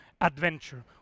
adventure